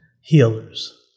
healers